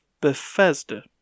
Bethesda